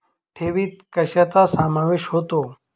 ठेवीत कशाचा समावेश होतो?